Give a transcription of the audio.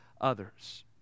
others